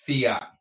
Fiat